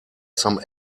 some